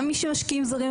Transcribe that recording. גם מי שמשקיעים זרים,